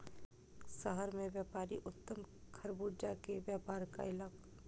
शहर मे व्यापारी उत्तम खरबूजा के व्यापार कयलक